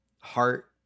heart